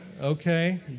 Okay